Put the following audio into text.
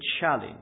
challenge